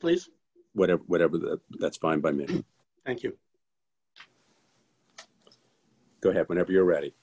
please whatever whatever that that's fine by me and you don't have whenever you're ready